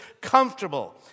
comfortable